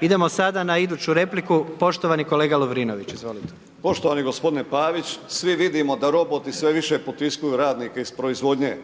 Idemo sada na iduću repliku, poštovani kolega Lovrinović, izvolite. **Lovrinović, Ivan (Promijenimo Hrvatsku)** Poštovani gospodine Pavić, svi vidimo da roboti sve više potiskuju radnike iz proizvodnje,